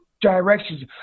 directions